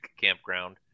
Campground